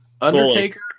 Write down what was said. Undertaker